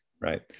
Right